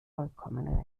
vollkommen